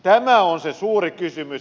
tämä on se suuri kysymys